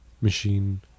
machine